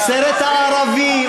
הסרט הערבי.